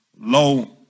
low